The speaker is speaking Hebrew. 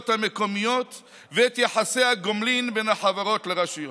המקומיות ואת יחסי הגומלין בין החברות לרשויות.